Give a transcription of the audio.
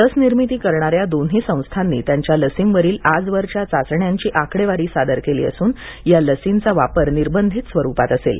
लसनिर्मिती करणाऱ्या दोन्ही संस्थांनी त्यांच्या लसींवरील आजवरच्या चाचण्यांची आकडेवारी सादर केली असून या लसींचा वापर निर्बंधित स्वरुपात असेल